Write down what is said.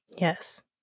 Yes